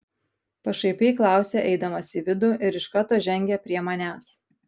pašaipiai klausia eidamas į vidų ir iš karto žengia prie manęs